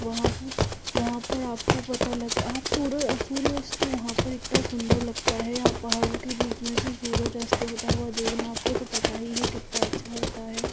वहाँ पू वहाँ पर आपको पता लगे आप सुर सूर्यास्त तो वहाँ पर इतना सुन्दर लगता है आप पहाड़ों के बीच में से सूरज अस्त होता हुआ देखना आपको तो पता ही है कितता अच्छा होता है